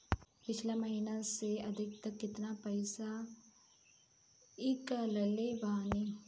पिछला महीना से अभीतक केतना पैसा ईकलले बानी?